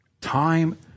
Time